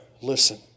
listen